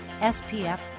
SPF